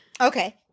Okay